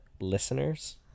listeners